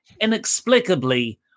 inexplicably